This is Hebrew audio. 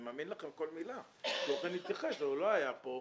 אני מאמין לכם אבל הוא לא היה כאן.